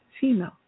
Female